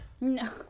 No